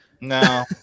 No